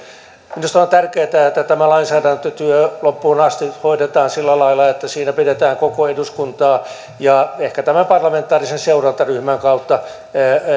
minusta on tärkeätä että tämä lainsäädäntötyö loppuun asti hoidetaan sillä lailla että siinä pidetään koko eduskuntaa ehkä tämän parlamentaarisen seurantaryhmän kautta